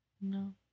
No